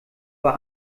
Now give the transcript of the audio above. war